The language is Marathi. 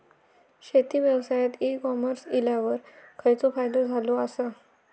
शेती व्यवसायात ई कॉमर्स इल्यावर खयचो फायदो झालो आसा?